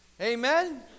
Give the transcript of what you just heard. amen